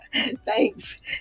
thanks